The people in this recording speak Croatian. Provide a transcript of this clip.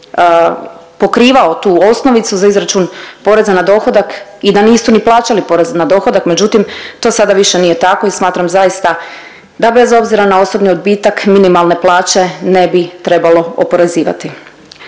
pokrivao tu osnovicu za izračun poreza na dohodak i da nisu ni plaćali porez na dohodak, međutim to sada više nije tako i smatram zaista da bez obzira na osobni odbitak minimalne plaće ne bi trebalo oporezivati.